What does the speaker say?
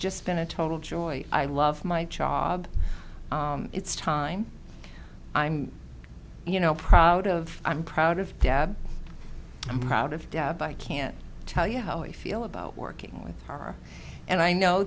just been a total joy i love my job it's time i'm you know proud of i'm proud of deb i'm proud of deb i can't tell you how i feel about working with her and i know